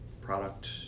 product